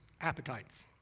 appetites